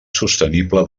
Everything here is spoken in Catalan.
sostenible